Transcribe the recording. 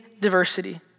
diversity